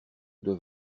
doit